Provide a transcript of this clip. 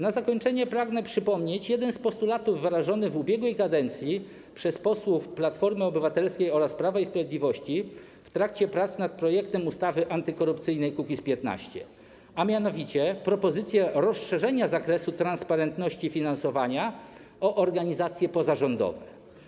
Na zakończenie pragnę przypomnieć jeden z postulatów wyrażony w ubiegłej kadencji przez posłów Platformy Obywatelskiej oraz Prawa i Sprawiedliwości w trakcie prac nad projektem ustawy antykorupcyjnej Kukiz’15, a mianowicie propozycję rozszerzenia zakresu transparentności finansowania o organizacje pozarządowe.